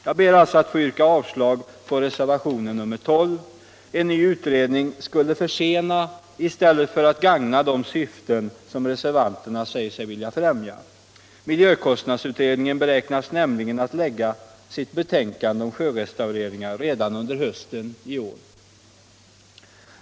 Jag ber alltså att få yrka avslag på reservation nr 12. En ny utredning skulle försena i stället för att gagna de syften som reservanterna säger sig vilja främja. Miljökostnadsutredningen beräknas nämligen lägga fram sitt betänkande om sjörestaureringar redan under hösten i år.